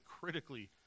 critically